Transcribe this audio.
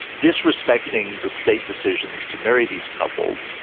disrespecting the state decisions to marry these couples.